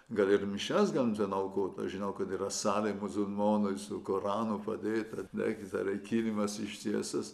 gal ir mišias gali ten aukot aš žinau kad yra salė musulmonui su koranu padėta reik dar ir kilimas ištiestas